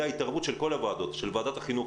התערבות של כל הוועדות של ועדת החינוך,